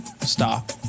Stop